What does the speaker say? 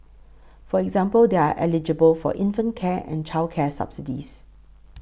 for example they are eligible for infant care and childcare subsidies